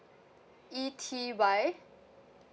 E T Y